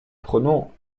prenons